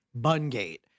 Bungate